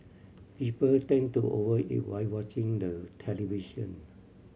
people tend to over eat while watching the television